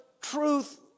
truth